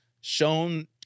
shown